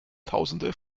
tausende